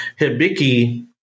Hibiki